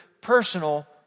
personal